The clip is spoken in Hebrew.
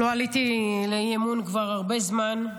לא עליתי לאי-אמון כבר הרבה זמן.